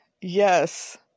yes